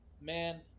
man